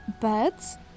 Birds